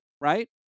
right